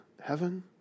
heaven